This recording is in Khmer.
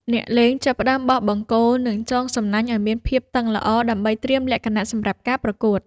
អ្នកលេងចាប់ផ្ដើមបោះបង្គោល និងចងសំណាញ់ឱ្យមានភាពតឹងល្អ ដើម្បីត្រៀមលក្ខណៈសម្រាប់ការប្រកួត។